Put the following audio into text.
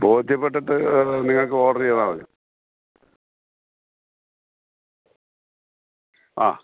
ബോധ്യപ്പെട്ടിട്ട് നിങ്ങൾക്ക് ഓർഡർ ചെയ്താൽ മതി ആ